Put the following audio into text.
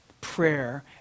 prayer